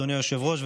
אדוני היושב-ראש,